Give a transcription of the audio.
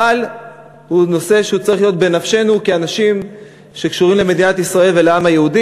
אבל הוא צריך להיות בנפשנו כאנשים שקשורים למדינת ישראל ולעם היהודי.